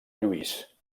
lluís